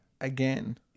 again